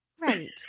Right